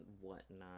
whatnot